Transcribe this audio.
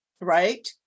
right